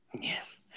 Yes